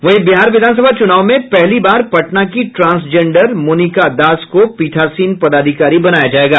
वहीं बिहार विधानसभा चुनाव में पहली बार पटना की ट्रांसजेंडर मोनिका दास को पीठासीन पदाधिकारी बनाया जायेगा